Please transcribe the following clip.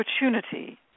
opportunity